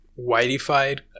whiteified